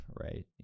right